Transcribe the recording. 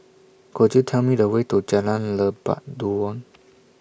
Could YOU Tell Me The Way to Jalan Lebat Daun